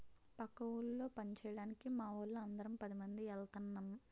పక్క ఊళ్ళో పంచేయడానికి మావోళ్ళు అందరం పదిమంది ఎల్తన్నం